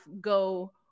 go